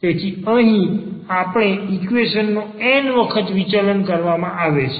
તેથી અહીં આપેલ ઈક્વેશન નો n વખત વિચલન કરવામાં આવે છે